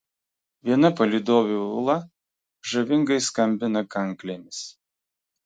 viena palydovių ula žavingai skambina kanklėmis